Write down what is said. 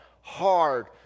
hard